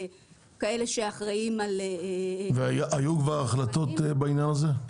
כאלה שאחראים -- והיו כבר החלטות בעניין הזה?